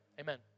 amen